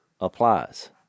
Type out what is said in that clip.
applies